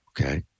Okay